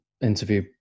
interview